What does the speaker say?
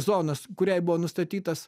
zonos kuriai buvo nustatytas